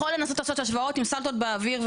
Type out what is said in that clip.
יכול לנסות לעשות השוואות עם סלטות באוויר,